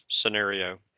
scenario